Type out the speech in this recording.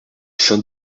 saint